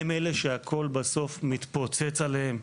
הם אלה שהכול בסוף מתפוצץ עליהם,